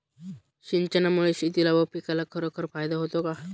सिंचनामुळे शेतीला व पिकाला खरोखर फायदा होतो का?